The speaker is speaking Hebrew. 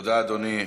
תודה, אדוני.